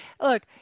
look